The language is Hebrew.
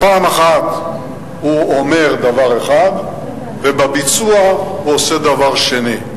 הוא אומר דבר אחד ובביצוע הוא עושה דבר שני.